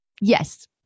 yes